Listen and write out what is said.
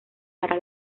para